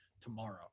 tomorrow